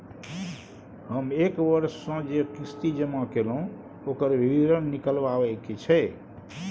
हम एक वर्ष स जे किस्ती जमा कैलौ, ओकर विवरण निकलवाबे के छै?